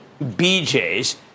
BJ's